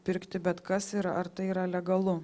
pirkti bet kas ir ar tai yra legalu